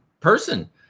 person